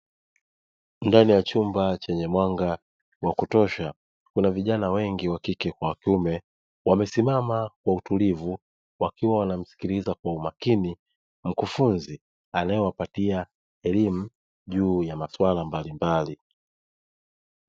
Ndani ya chumba chenye mwanga wa kutosha, kuna vijana wengi wa kike kwa wa kiume wamesimama kwa utulivu wakiwa wanamsikiliza kwa umakini mkufunzi anayewapatia elimu juu ya masuala mbalimbali.